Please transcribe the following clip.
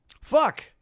Fuck